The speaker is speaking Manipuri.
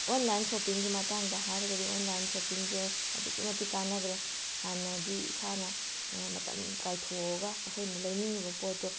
ꯑꯣꯟꯂꯥꯏꯟ ꯁꯣꯞꯄꯤꯡꯒꯤ ꯃꯇꯥꯡꯗ ꯍꯥꯏꯔꯒꯗꯤ ꯑꯣꯟꯂꯥꯏꯟ ꯁꯣꯞꯄꯤꯡꯁꯦ ꯑꯗꯨꯛꯀꯤ ꯃꯇꯤꯛ ꯀꯥꯟꯅꯈ꯭ꯔꯦ ꯍꯥꯟꯅꯗꯤ ꯏꯁꯥꯅ ꯃꯇꯝ ꯀꯥꯏꯊꯛꯑꯒ ꯑꯩꯈꯣꯏꯅ ꯂꯩꯅꯤꯡꯉꯤꯕ ꯄꯣꯠꯇꯣ